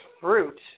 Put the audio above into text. fruit